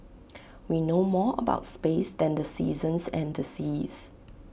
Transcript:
we know more about space than the seasons and the seas